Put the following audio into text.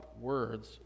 words